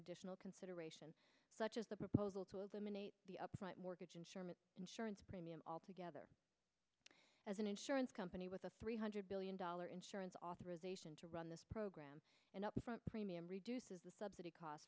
additional consideration such as the proposal to be upfront mortgage insurance insurance premium all together as an insurance company with a three hundred billion dollars insurance authorization to run this program and upfront premium reduces the subsidy costs